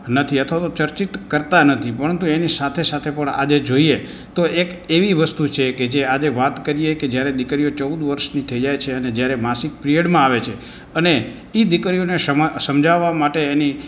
નથી અથવા તો ચર્ચિત કરતા નથી પરંતુ એની સાથે સાથે પણ આજે જોઇએ તો એક એવી વસ્તુ છે કે જે આજે વાત કરીએ કે જ્યારે દીકરીઓ ચૌદ વર્ષની થઇ જાય છે અને જ્યારે માસિક પિરિયડમાં આવે છે અને એ દીકરીઓને ક્ષમા સમજાવવા માટે એની